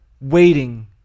waiting